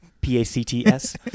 P-A-C-T-S